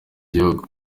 gihugu